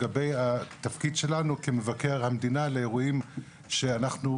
לגבי התפקיד כמבקר המדינה לאירועים שאנחנו,